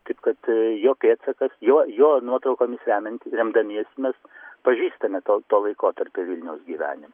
taip kad jo pėdsakas jo jo nuotraukomis remiantis remdamiesi mes pažįstame to to laikotarpio vilniaus gyvenime